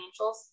financials